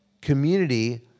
community